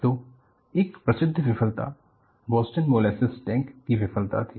तो एक प्रसिद्ध विफलता बोस्टन मोलेसेस टैंक की विफलता थी